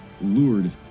lured